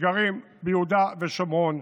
שגרים ביהודה ושומרון,